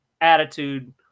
attitude